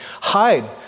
hide